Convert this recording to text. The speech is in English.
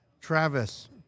Travis